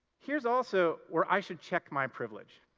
here's also where i should check my privilege,